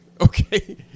okay